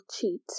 cheat